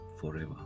forever